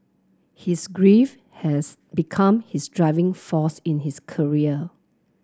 his grief has become his driving force in his career